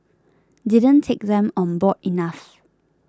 didn't take them on board enough